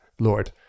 lord